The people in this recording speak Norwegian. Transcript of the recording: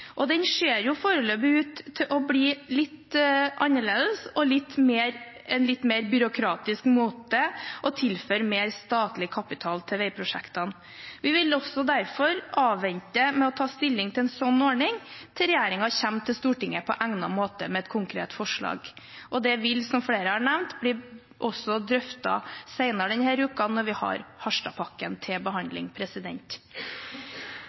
med den varslede rentekompensasjonsordningen. Den ser foreløpig ut til å bli en litt annerledes og litt mer byråkratisk måte å tilføre mer statlig kapital til veiprosjektene på. Vi vil derfor avvente med å ta stilling til en slik ordning, til regjeringen kommer til Stortinget på egnet måte med et konkret forslag. Det vil, som flere har nevnt, også bli drøftet senere denne uken, når vi har Harstad-pakken til